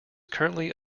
currently